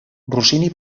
rossini